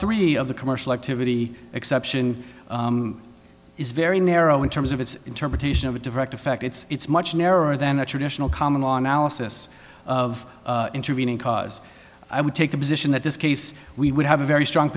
three of the commercial activity exception is very narrow in terms of its interpretation of a direct effect it's much narrower than a traditional common law analysis of intervening cause i would take the position that this case we would have a very strong